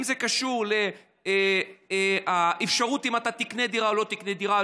אם זה קשור לאפשרות שתקנה דירה או לא תקנה דירה,